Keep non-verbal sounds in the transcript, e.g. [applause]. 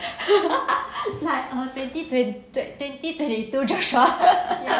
[laughs] like err twenty twen~ twenty two joshua [laughs] or maybe I see you at your wedding